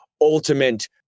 ultimate